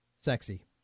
Sexy